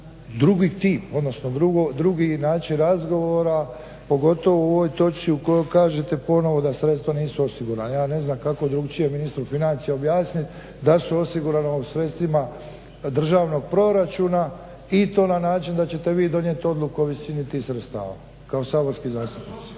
drugi tip, odnosno drugi način razgovora pogotovo u ovoj točki u kojoj kažete ponovo da sredstva nisu osigurana. Ja ne znam kako drukčije ministru financija objasniti da su osigurana u sredstvima državnog proračuna i to na način da ćete vi donijet odluku o visini tih sredstava kao saborski zastupnici.